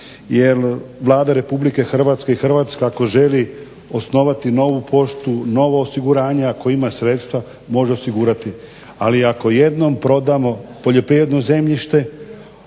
jer Vlada Republike Hrvatske i Hrvatska ako želi osnovati novu poštu, novo osiguranje, ako ima sredstva može osigurati. Ali ako jednom prodamo poljoprivredno zemljište